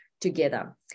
together